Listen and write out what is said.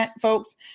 folks